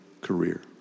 career